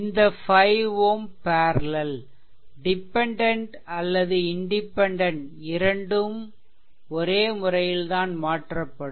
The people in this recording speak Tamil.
இந்த 5 Ω பேர்லெல் டிபெண்டென்ட் அல்லது இன்டிபெண்டென்ட் இரண்டும் ஒரே முறையில் தான் மாற்றப்படும்